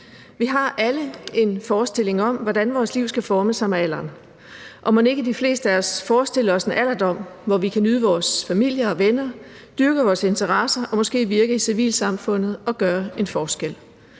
Vi har alle en forestilling om, hvordan vores liv skal forme sig med alderen, og mon ikke de fleste af os forestiller os en alderdom, hvor vi kan nyde vores familie og venner, dyrke vores interesser og måske virke i civilsamfundet og gøre en forskel.